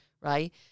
right